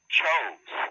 chose